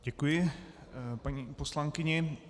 Děkuji paní poslankyni.